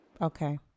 Okay